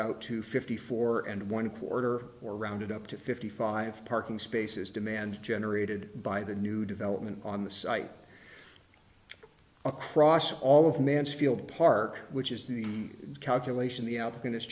out to fifty four and one quarter or rounded up to fifty five parking spaces demand generated by the new development on the site across all of mansfield park which is the calculation the o